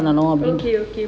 okay okay